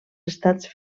estats